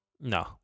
no